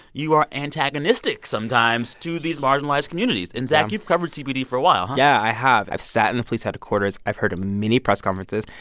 you are antagonistic sometimes to these marginalized communities. and zach, you've covered cpd for a while yeah, i have. i've sat in the police headquarters. i've heard many press conferences.